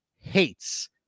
hates